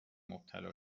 مبتلا